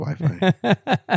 wi-fi